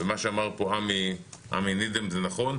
מה שאמר פה עמרם נידם הוא נכון: